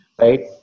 Right